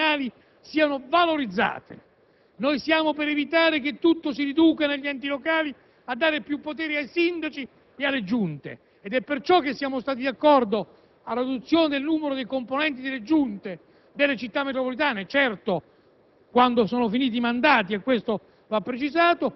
noi siamo favorevoli che le competenze dei Consigli comunali siano valorizzate e vogliamo evitare che tutto si riduca, negli enti locali, a dare più potere ai Sindaci e alle Giunte. Per questo siamo stati d'accordo con la riduzione dei componenti delle Giunte delle città metropolitane,